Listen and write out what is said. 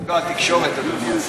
הבעיה היא לא התקשורת, אדוני השר.